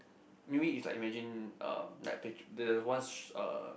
maybe it's like imagining uh like patri~ the once uh